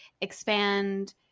expand